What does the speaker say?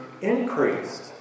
increased